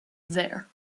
there